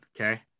okay